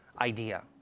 idea